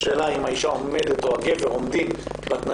השאלה היא אם האישה והגבר עומדים בתנאים.